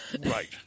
Right